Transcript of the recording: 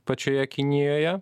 pačioje kinijoje